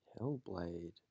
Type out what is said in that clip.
hellblade